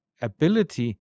ability